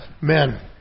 men